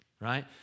right